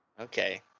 Okay